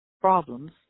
problems